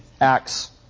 acts